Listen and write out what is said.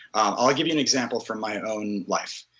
i'll give you an example from my own life.